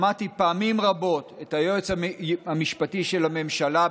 שמעתי פעמים רבות את היועץ המשפטי של הממשלה,